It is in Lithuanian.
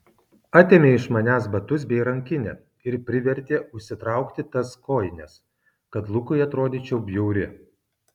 atėmė iš manęs batus bei rankinę ir privertė užsitraukti tas kojines kad lukui atrodyčiau bjauri